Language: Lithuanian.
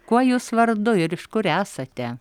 kuo jūs vardu ir iš kur esate